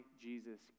Jesus